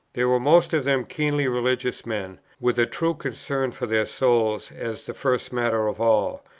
they were most of them keenly religious men, with a true concern for their souls as the first matter of all,